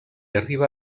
arriba